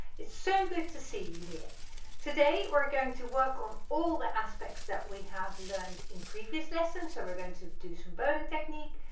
it's so good to see you here today we're going to work on all the aspects that we have learned in previous lessons so we're going to do some bowing technique,